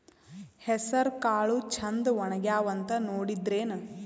ಹೆಸರಕಾಳು ಛಂದ ಒಣಗ್ಯಾವಂತ ನೋಡಿದ್ರೆನ?